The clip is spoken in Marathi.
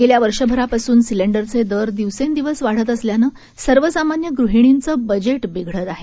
गेल्या वर्षभरापासून सिलेंडरचे दर दिवसेंदिवस वाढत असल्यानंसर्वसामान्य गृहिणींचं बजेट बिघडत आहे